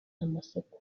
amasoko